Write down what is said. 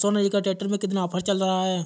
Sonalika tractor में कितना offer चल रहा है?